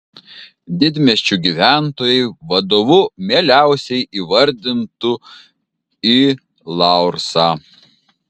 didmiesčių gyventojai vadovu mieliausiai įvardintų i laursą